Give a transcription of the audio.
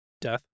death